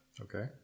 Okay